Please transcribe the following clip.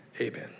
Amen